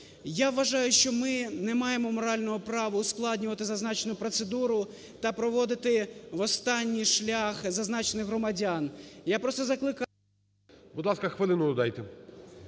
Я вважаю, що ми не маємо морального права ускладнювати зазначену процедуру та проводити в останній шлях зазначених громадян.